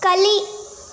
ಕಲಿ